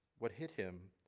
what hit him.